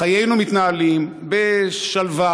שחיינו מתנהלים בשלווה,